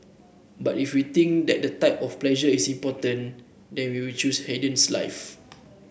but if we think that the type of pleasure is important then they will choose Haydn's life